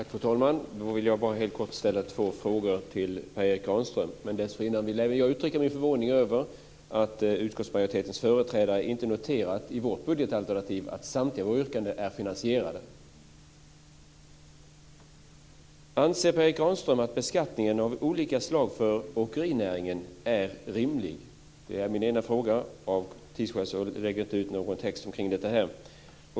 Fru talman! Jag vill bara helt kort ställa två frågor till Per Erik Granström. Men dessförinnan vill jag uttrycka min förvåning över att utskottsmajoritetens företrädare inte noterat att samtliga yrkanden i vårt budgetalternativ är finansierade. Anser Per Erik Granström att beskattningen av olika slag för åkerinäringen är rimlig? Det är min ena fråga. Av tidsskäl lägger jag inte ut texten om detta.